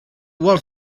wild